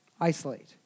Isolate